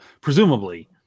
presumably